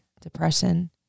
depression